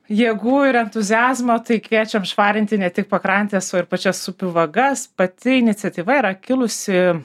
jėgų ir entuziazmo tai kviečiam švarinti ne tik pakrantes o ir pačias upių vagas pati iniciatyva yra kilusi